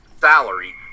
salary